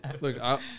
Look